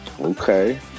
Okay